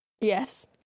yes